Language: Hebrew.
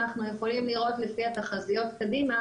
אנחנו יכולים לראות לפי התחזיות קדימה